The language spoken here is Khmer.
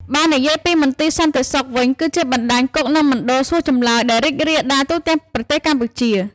បើនិយាយពី មន្ទីរសន្តិសុខវិញ គឺជាបណ្តាញគុក និងមណ្ឌលសួរចម្លើយដែលរីករាលដាលទូទាំងប្រទេសកម្ពុជា។